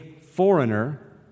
foreigner